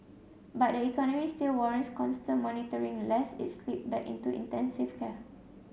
but the economy still warrants constant monitoring lest it slip back into intensive care